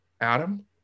Adam